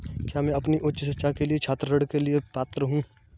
क्या मैं अपनी उच्च शिक्षा के लिए छात्र ऋण के लिए पात्र हूँ?